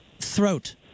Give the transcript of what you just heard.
throat